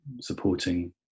supporting